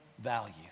value